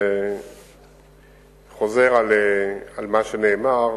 חוזר על מה שנאמר.